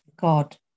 God